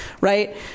right